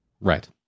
Right